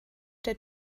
der